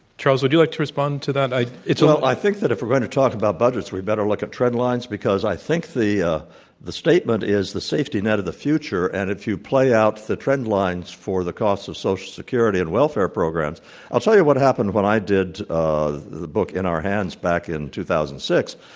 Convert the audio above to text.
charles, would you like to respond to that? i it's implied well, i think that if we're going to talk about budgets, we'd better look at trendlines, because i think the ah the statement is the safety net of the future, and if you play out the trendlines for the cost of social security and welfare programs i'll tell you what happened when i did ah the the book, in our hands back in two thousand and six.